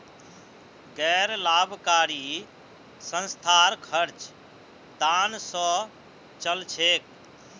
गैर लाभकारी संस्थार खर्च दान स चल छेक